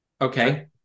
Okay